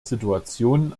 situationen